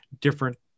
different